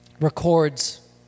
records